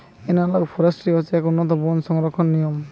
analogue forestry হচ্ছে এক উন্নতম বন সংরক্ষণের নিয়ম